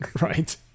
Right